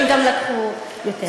הם גם לקחו יותר.